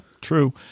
true